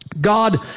God